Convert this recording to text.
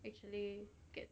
actually gets